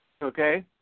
Okay